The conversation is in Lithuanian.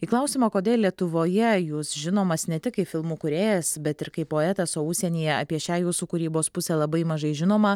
į klausimą kodėl lietuvoje jūs žinomas ne tik kaip filmų kūrėjas bet ir kaip poetas o užsienyje apie šią jūsų kūrybos pusę labai mažai žinoma